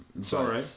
Sorry